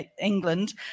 England